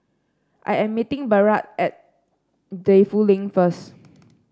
I am meeting Barrett at Defu Lane first